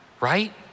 Right